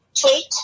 tweet